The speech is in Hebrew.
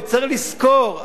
וצריך לזכור,